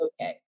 okay